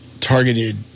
targeted